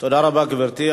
תודה רבה, גברתי.